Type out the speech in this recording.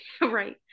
right